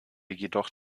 jedoch